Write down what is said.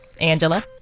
Angela